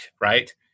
right